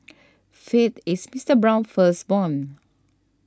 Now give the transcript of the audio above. faith is Mister Brown's firstborn